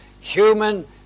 human